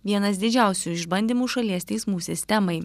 vienas didžiausių išbandymų šalies teismų sistemai